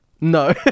no